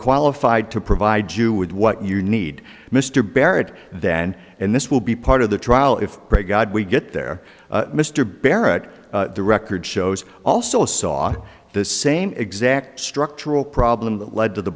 qualified to provide you with what you need mr barrett then and this will be part of the trial if pray god we get there mr barrett the record shows also saw the same exact structural problem that led to the